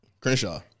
Crenshaw